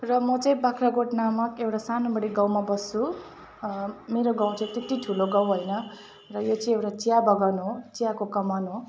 र म चाहिँ बाग्राकोट नामक म एउटा सानो बडे गाउँमा बस्छु मेरो गाउँ चाहिँ त्यति ठुलो गाउँ होइन र यो चाहिँ एउटा चिया बगान हो चियाको कमान हो